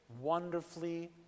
wonderfully